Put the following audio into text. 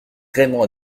vraiment